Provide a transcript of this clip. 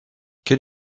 quel